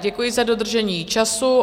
Děkuji za dodržení času.